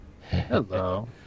Hello